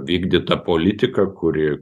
vykdytą politiką kuri